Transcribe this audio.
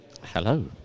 Hello